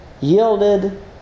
yielded